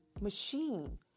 machine